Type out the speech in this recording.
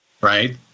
right